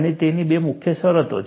અને તેની બે મુખ્ય શરતો છે